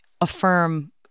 affirm